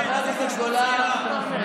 איזה התיישבות צעירה?